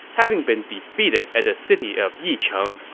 having been defeated at the city of yicheng,